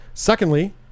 Secondly